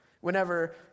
Whenever